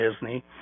Disney